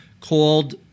called